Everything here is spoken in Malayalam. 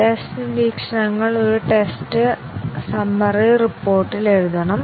ടെസ്റ്റ് നിരീക്ഷണങ്ങൾ ഒരു ടെസ്റ്റ് സമ്മറി റിപ്പോർട്ടിൽ എഴുതണം